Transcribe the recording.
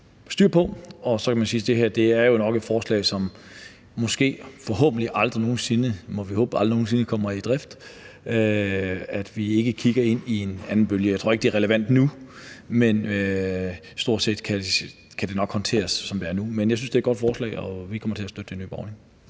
styr på. Man kan sige, at det her jo nok er et forslag, som måske, forhåbentlig, aldrig nogen sinde, må vi håbe, kommer i drift – altså at vi ikke kigger ind i en anden bølge. Jeg tror ikke, det er relevant nu; det kan stort set nok håndteres, som det er nu. Men jeg synes, det er et godt forslag, og vi kommer til at støtte det i Nye Borgerlige.